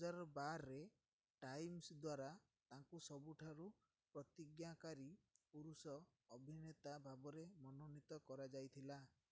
ଦୁଇ ହଜାର ବାରରେ ଟାଇମ୍ସ୍ ଦ୍ୱାରା ତାଙ୍କୁ ସବୁଠାରୁ ପ୍ରତିଜ୍ଞାକାରୀ ପୁରୁଷ ଅଭିନେତା ଭାବରେ ମନୋନୀତ କରାଯାଇଥିଲା